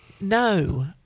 No